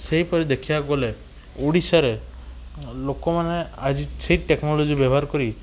ସେହିପରି ଦେଖିବାକୁ ଗଲେ ଓଡ଼ିଶାରେ ଲୋକମାନେ ଆଜି ସେଇ ଟେକନୋଲଜି ବ୍ୟବହାରକରି